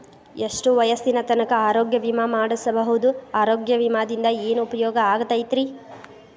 ಎಷ್ಟ ವಯಸ್ಸಿನ ತನಕ ಆರೋಗ್ಯ ವಿಮಾ ಮಾಡಸಬಹುದು ಆರೋಗ್ಯ ವಿಮಾದಿಂದ ಏನು ಉಪಯೋಗ ಆಗತೈತ್ರಿ?